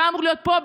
שהיה אמור להיות פה,